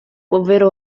ovvero